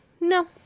No